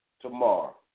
tomorrow